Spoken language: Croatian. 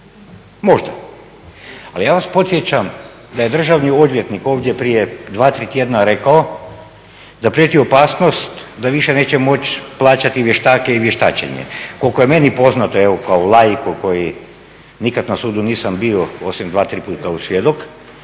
možda. Ali ja vas podsjećam da je državni odvjetnik ovdje prije dva, tri tjedna rekao da prijeti opasnost da više neće moći plaćati vještake i vještačenje. Koliko je meni poznato kao laiku koji nikad na sudu nisam bio osim dva, tri put kao svjedok